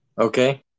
okay